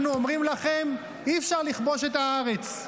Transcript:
אנחנו אומרים לכם: אי-אפשר לכבוש את הארץ.